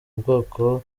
ubwoko